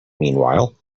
meanwhile